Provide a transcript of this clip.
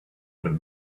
with